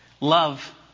love